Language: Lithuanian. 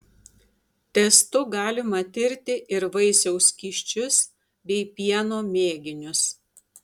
testu galima tirti ir vaisiaus skysčius bei pieno mėginius